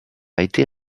été